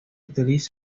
utiliza